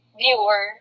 viewer